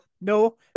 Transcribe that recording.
No